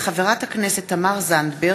הצעת חוק הגנת הצרכן (תיקון,